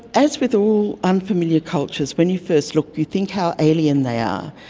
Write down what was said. as with all unfamiliar cultures, when you first look you think how alien they are,